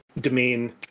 Domain